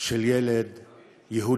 לילד יהודי.